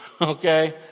okay